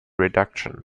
reduction